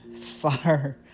far